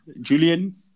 Julian